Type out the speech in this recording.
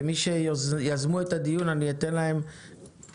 כמי שיזמו את הדיון, אתן להם לפתוח.